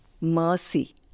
mercy